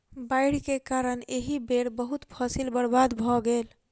बाइढ़ के कारण एहि बेर बहुत फसील बर्बाद भअ गेल